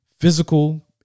physical